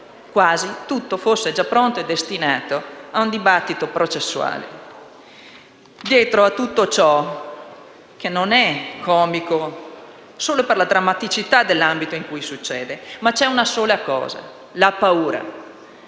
Quasi tutto fosse già pronto e destinato a un dibattito processuale. Dietro a tutto ciò, che non è comico considerata la drammaticità dell'ambito in cui succede, c'è una sola cosa: la paura.